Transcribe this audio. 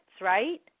right